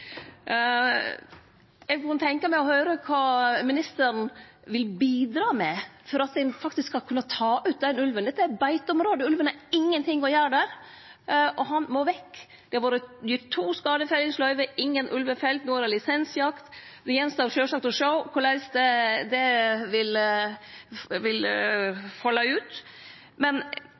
Eg kunne tenkje meg å høyre kva ministeren vil bidra med for at ein faktisk skal kunne ta ut denne ulven. Dette er eit beiteområde, ulven har ingenting å gjere der, og han må vekk. Det har vorte gitt to skadefellingsløyve. Ingen ulv er felt. No er det lisensjakt. Det står sjølvsagt att å sjå korleis det vil falle ut. Men